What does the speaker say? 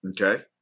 okay